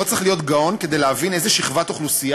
לא צריך להיות גאון כדי להבין איזו שכבת אוכלוסייה